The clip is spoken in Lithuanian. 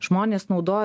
žmonės naudo